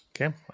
Okay